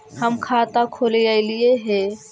हम खाता खोलैलिये हे?